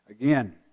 Again